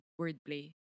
wordplay